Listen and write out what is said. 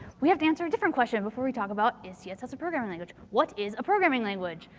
we have to answer a different question before we talk about is css a programming language. what is a programming language?